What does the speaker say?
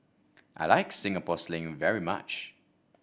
I Like Singapore Sling very much